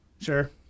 Sure